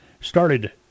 Started